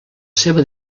seva